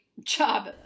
job